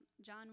John